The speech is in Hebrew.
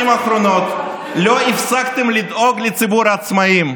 האחרונות לא הפסקתם לדאוג לציבור העצמאים?